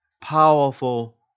powerful